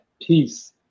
peace